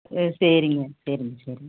ம் சரிங்க சரிங்க சரிங்க